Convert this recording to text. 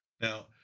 Now